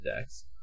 decks